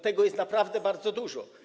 Tego jest naprawdę bardzo dużo.